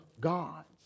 gods